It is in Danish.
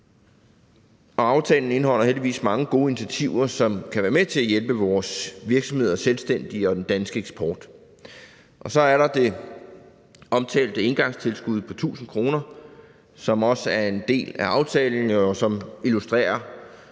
aftalen indeholder heldigvis mange gode initiativer, som kan være med til at hjælpe vores virksomheder, selvstændige og den danske eksport. Så er der det omtalte engangstilskud på 1.000 kr., som også er en del af aftalen, og som på meget